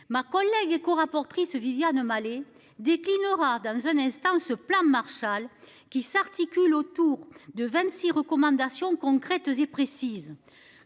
Ma collègue co-rapportrice Viviane Malet dès qu'il aura dans un instant ce plan Marshall qui s'articule autour de 26 recommandations concrètes et précises.